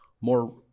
more